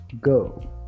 go